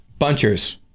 bunchers